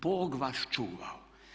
Bog vas čuvao.